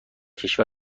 کشور